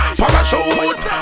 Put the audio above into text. parachute